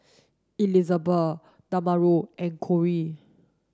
Elizbeth Damarion and Cory